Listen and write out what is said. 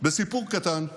בסיפור קטן,